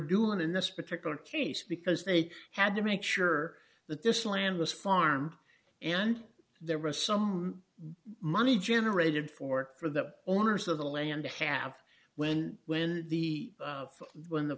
doing in this particular case because they had to make sure that this land was farm and there was some money generated for it for the owners of the land to have when when the when the